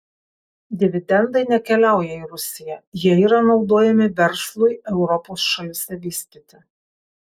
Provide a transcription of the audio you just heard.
dividendai nekeliauja į rusiją jie yra naudojami verslui europos šalyse vystyti